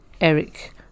Eric